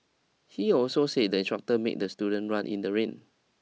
he also said the instructor made the student run in the rain